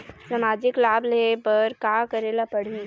सामाजिक लाभ ले बर का करे ला पड़ही?